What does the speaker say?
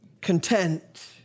content